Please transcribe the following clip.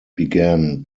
began